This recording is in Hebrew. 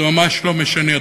זה ממש לא משנה.